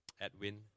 Edwin